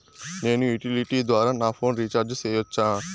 నేను యుటిలిటీ ద్వారా నా ఫోను రీచార్జి సేయొచ్చా?